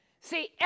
See